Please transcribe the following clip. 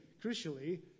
crucially